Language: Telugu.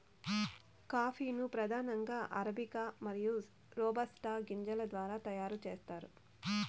కాఫీ ను ప్రధానంగా అరబికా మరియు రోబస్టా గింజల ద్వారా తయారు చేత్తారు